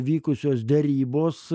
vykusios derybos